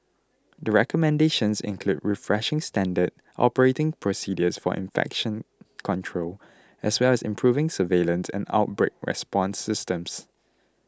the recommendations include refreshing standard operating procedures for infection control as well as improving surveillance and outbreak response systems